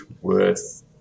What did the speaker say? worth